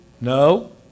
No